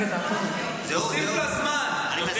תוסיף לה זמן.